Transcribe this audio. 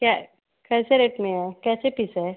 क्या कैसे रेट में है कैसे पीस है